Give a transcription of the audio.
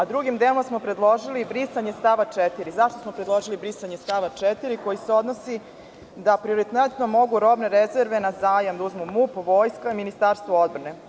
Drugim delom smo predložili brisanje stava 4. Zašto smo predložili brisanje stava 4. koji se odnosi da prioritetno mogu robne rezerve na zajam MUP, vojska i Ministarstvo odbrane?